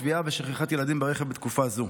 טביעה ושכחת ילדים בתקופה זו.